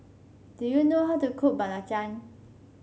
do you know how to cook belacan